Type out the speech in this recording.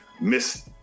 miss